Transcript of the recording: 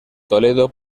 toledo